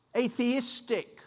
atheistic